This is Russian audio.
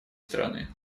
стороны